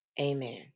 Amen